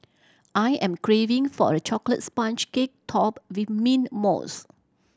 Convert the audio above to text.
I am craving for a chocolate sponge cake topped with mint mousse